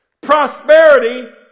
Prosperity